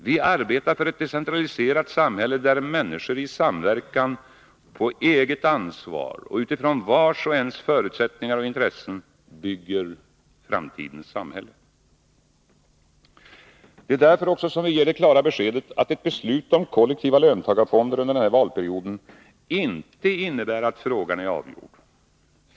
Vi arbetar för ett decentraliserat samhälle där människor i samverkan på eget ansvar och utifrån vars och ens förutsättningar och intressen bygger framtiden. Därför ger vi också det klara beskedet, att ett beslut om kollektiva löntagarfonder under den här valperioden inte innebär att frågan är avgjord.